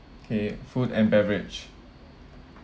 okay food and beverage